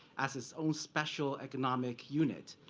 as its own special economic unit?